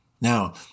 Now